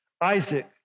Isaac